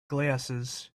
glasses